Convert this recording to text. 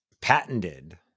patented